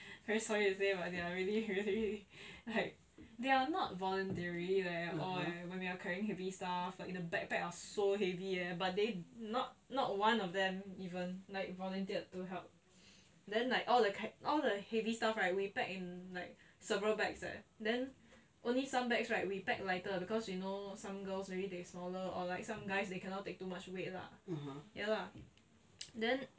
so I say they are really really really really like they are not voluntary like all eh when we are carrying heavy stuff like the bag bag was so heavy eh but they not not one of them even like volunteered to help then like all the heavy stuff right we pack in like several bags eh then only some bags right we pack lighter because we know some girls maybe they smaller or like some guys they cannot take too much weight lah ya lah then